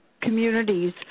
communities